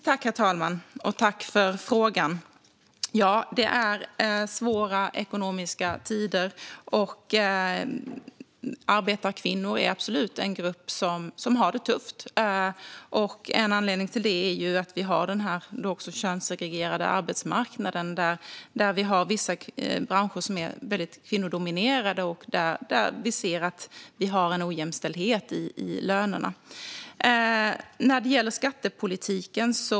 Herr talman! Jag tackar ledamoten för frågan. Ja, det är svåra ekonomiska tider, och arbetarkvinnor är absolut en grupp som har det tufft. En anledning till det är vår könssegregerade arbetsmarknad, där vissa branscher är kvinnodominerade och vi ser en ojämställdhet i lönerna.